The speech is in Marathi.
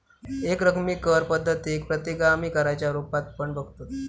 एकरकमी कर पद्धतीक प्रतिगामी कराच्या रुपात पण बघतत